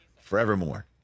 forevermore